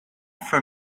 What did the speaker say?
for